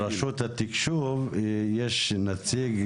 -- מרשות התקשוב, יש נציג.